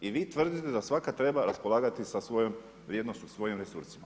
I vi tvrdite da svaka treba raspolagati sa svojom, vrijednošću svojim resursima.